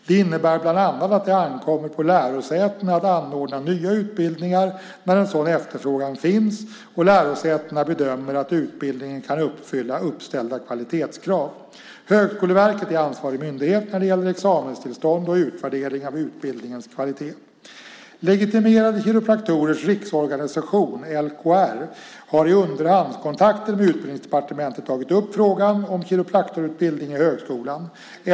Det innebär bland annat att det ankommer på lärosätena att anordna nya utbildningar när en sådan efterfrågan finns och lärosätena bedömer att utbildningen kan uppfylla uppställda kvalitetskrav. Högskoleverket är ansvarig myndighet när det gäller examenstillstånd och utvärdering av utbildningens kvalitet. Legitimerade Kiropraktorers Riksorganisation, LKR, har i underhandskontakter med Utbildningsdepartementet tagit upp frågan om kiropraktorutbildning i högskolan.